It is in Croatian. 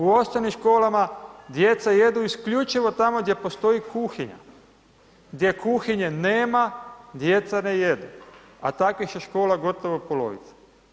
U osnovnim školama djeca jedu isključivo tamo gdje postoji kuhinja, gdje kuhinje nema, djeca ne jedu a takvih su škola gotovo polovica.